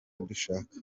dushaka